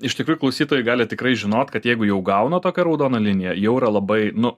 iš tikrųjų klausytojai gali tikrai žinot kad jeigu jau gauna tokią raudoną liniją jau yra labai nu